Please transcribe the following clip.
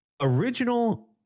original